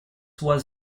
was